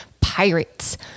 pirates